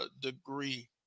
degree